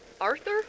Arthur